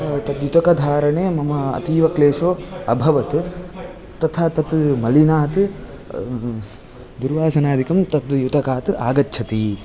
तद्युतकधारणे मम अतीव क्लेशो अभवत् तथा तत् मलिनात् दुर्वासनादिकं तद्युतकात् आगच्छति